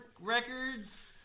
records